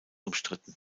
umstritten